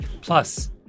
Plus